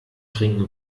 trinken